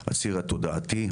הציר התודעתי,